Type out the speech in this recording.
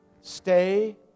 Stay